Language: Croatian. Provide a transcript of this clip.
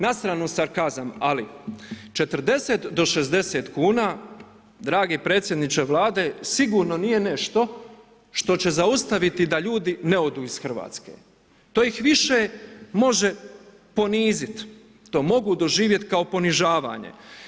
Na stranu sarkazam, ali 40 do 60 kuna dragi predsjedniče Vlade, sigurno nije nešto što će zaustaviti da ljudi ne odu iz Hrvatske, to ih više može poniziti, to mogu doživjet kao ponižavanje.